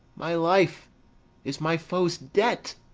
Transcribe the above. my life is my foe's debt.